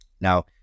Now